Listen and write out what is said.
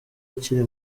akiri